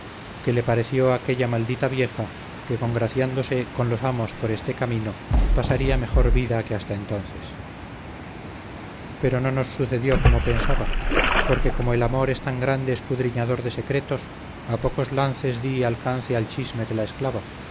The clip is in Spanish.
que le pareció a aquella maldita vieja que congraciándose con los amos por este camino pasaría mejor vida que hasta entonces pero no nos sucedió como pensaba porque como el amor es tan grande escudriñador de secretos a pocos lances di alcance al chisme de la esclava